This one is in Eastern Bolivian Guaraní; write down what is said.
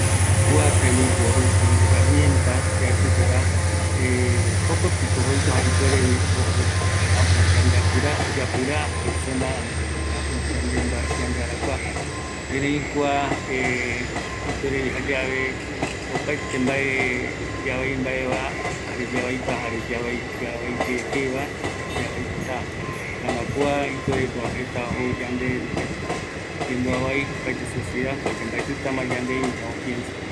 Kua tembiporu jaeko yaikatuta yaiporu, yaeki vaera sugui ikavigue, erei omevi mopetï yemboavai opaetevape, mbaetɨtama yande arakuarupi yaeka mbae yaikuavaera, kuareñoma yayeroviata, ome yandeve akɨ yaeka vaera yandeetei yayapo vaera, kuareñoma yayekota